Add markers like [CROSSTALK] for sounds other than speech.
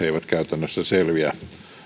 [UNINTELLIGIBLE] eivät käytännössä selviä